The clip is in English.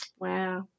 Wow